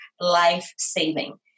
life-saving